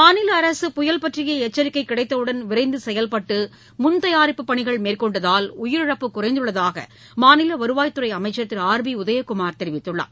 மாநில அரசு புயல் பற்றிய எச்சிக்கை கிடைத்தவுடன் விரைந்து செயல்பட்டு முன் தயாரிப்பு பணிகள் மேற்கொண்டதால் உயிரிழப்பு குறைந்துள்ளதாக மாநில வருவாய்த்துறை அமைச்சள் திரு ஆர் பி உதயகுமார் தெரிவித்துள்ளார்